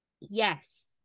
Yes